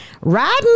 riding